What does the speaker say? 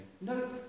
no